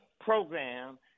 program